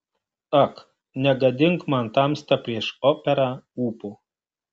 ak negadink man tamsta prieš operą ūpo